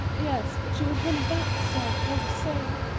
yes, but she was one of that sort, all the same.